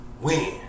Win